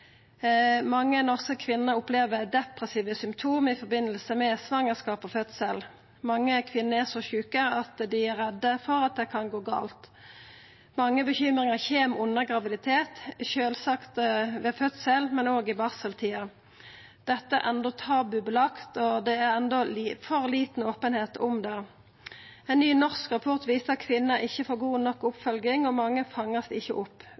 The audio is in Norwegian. Mange norske kvinner opplever depressive symptom i forbindelse med svangerskap og fødsel. Mange kvinner er så sjuke at dei er redde for at det kan gå gale. Mange bekymringar kjem under graviditet, sjølvsagt ved fødsel, men òg i barseltida. Dette er enno tabubelagt, og det er enno for lita openheit om det. Ein ny norsk rapport viser at kvinner ikkje får god nok oppfølging, og mange vert ikkje fanga opp.